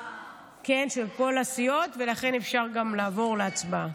כן, של כל הסיעות, ולכן אפשר גם לעבור להצבעה.